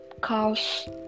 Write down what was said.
cause